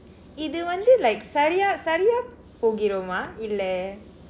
இது வந்து:ithu vandthu like சரியா சரியா போகிறோம்:sariyaa sariyaa pokiroom ah இல்ல:illa